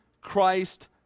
Christ